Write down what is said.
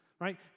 Right